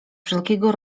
wszelkiego